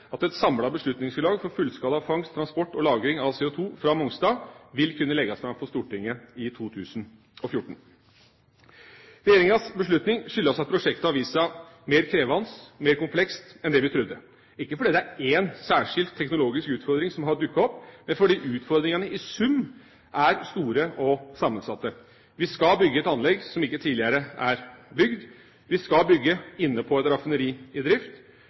at et samlet beslutningsgrunnlag for fullskala fangst, transport og lagring av CO2 fra Mongstad vil kunne legges fram for Stortinget i 2014. Regjeringas beslutning skyldes at prosjektet har vist seg mer krevende og mer komplekst enn det vi trodde – ikke fordi det er én særskilt teknologisk utfordring som har dukket opp, men fordi utfordringene i sum er store og sammensatte: Vi skal bygge et anlegg som ikke tidligere er bygd. Vi skal bygge inne på et raffineri i drift.